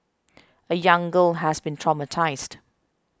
a young girl has been traumatised